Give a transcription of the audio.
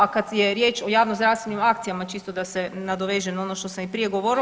A kad je riječ o javnozdravstvenim akcijama, čisto da se nadovežem na ono što sam i prije govorila.